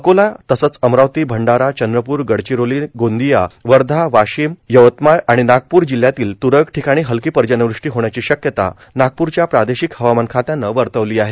अकोला तसंच अमरावती भंडारा चंद्रपूर गडचिरोली गोंदिया नागपूर वर्धा वाशिम आणि यवतमाळ जिल्ह्यातील त्रळक ठिकाणी हलकी पर्जन्यवृष्टी होण्याची शक्यता नागप्रच्या प्रादेशिक हवामान खात्यांन वर्तवली आहे